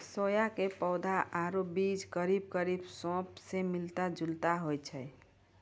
सोया के पौधा आरो बीज करीब करीब सौंफ स मिलता जुलता होय छै